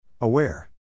Aware